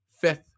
fifth